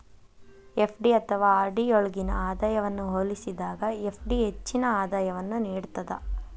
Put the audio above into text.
FD ಅಥವಾ RD ಯೊಳ್ಗಿನ ಆದಾಯವನ್ನ ಹೋಲಿಸಿದಾಗ ಎಫ್.ಡಿ ಹೆಚ್ಚಿನ ಆದಾಯವನ್ನು ನೇಡ್ತದ